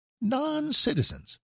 non-citizens